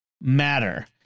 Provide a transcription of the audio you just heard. Matter